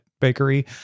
bakery